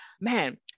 man